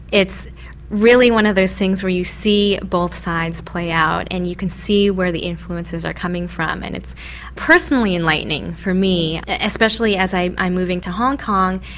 it's really one of those things where you see both sides play out and you can see where the influences are coming from and it's personally enlightening for me, especially as i'm i'm moving to hong kong,